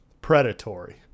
predatory